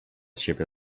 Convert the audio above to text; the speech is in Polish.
siebie